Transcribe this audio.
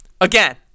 again